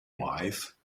wise